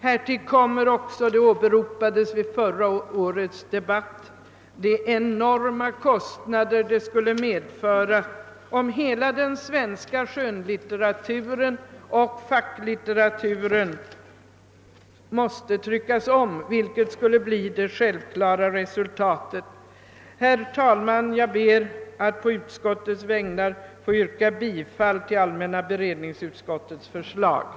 Härtill kommer, vilket påpekades vid förra årets debatt, de enorma kostnaderna, om hela den svenska skönlitteraturen och facklitteraturen måste tryckas om, vilket skulle bli det självklara resultatet. Herr talman! Jag ber att få yrka bifall till utskottets hemställan.